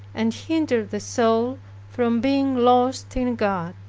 and hinder the soul from being lost in god.